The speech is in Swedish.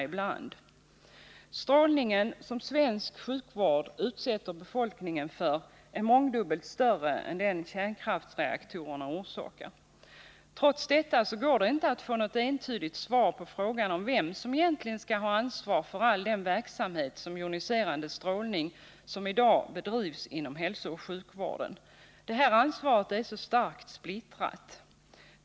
Den strålning som svensk sjukvård utsätter befolkningen för är mångdubbelt större än den kärnkraftsreaktorerna orsakar. Trots detta går det inte att få något entydigt svar på frågan vem som egentligen skall ha ansvaret för all den verksamhet med joniserande strålning som i dag bedrivs inom hälsooch sjukvården. Det här ansvaret är starkt splittrat.